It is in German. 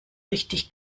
richtig